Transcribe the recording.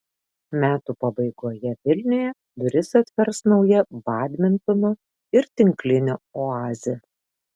metų pabaigoje vilniuje duris atvers nauja badmintono ir tinklinio oazė